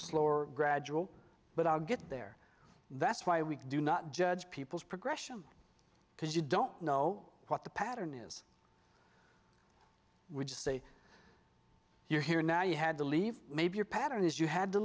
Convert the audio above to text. slow or gradual but i'll get there that's why we do not judge people's progression because you don't know what the pattern is we just say you're here now you had to leave maybe your pattern is you had to